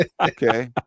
Okay